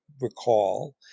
recall